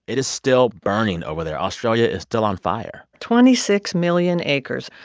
it is still burning over there. australia is still on fire twenty-six million acres.